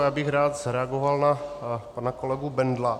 Rád bych reagoval na pana kolegu Bendla.